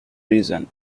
reason